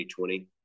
2020